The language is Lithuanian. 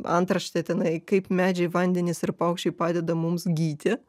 antraštė tenai kaip medžiai vandenys ir paukščiai padeda mums gyti